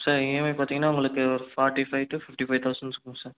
sir EMI பார்த்தீங்கன்னா உங்களுக்கு ஒரு forty five to fifty five thousands வரும் சார்